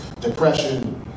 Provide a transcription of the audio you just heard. Depression